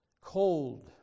cold